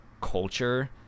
culture